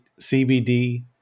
CBD